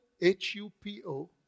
h-u-p-o